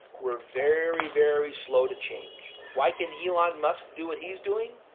we're very, very slow to change. why can elon musk do what he's doing?